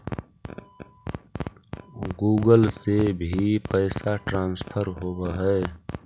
Google से भी पैसा ट्रांसफर होवहै?